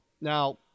Now